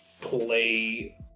play